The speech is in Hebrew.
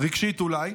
רגשית אולי.